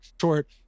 short